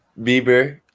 Bieber –